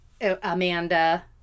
amanda